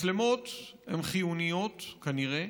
מצלמות הן חיוניות, כנראה,